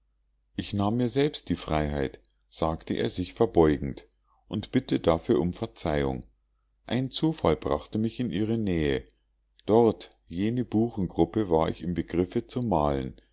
ich nahm mir selbst die freiheit sagte er sich verbeugend und bitte dafür um verzeihung ein zufall brachte mich in ihre nähe dort jene buchengruppe war ich im begriffe zu malen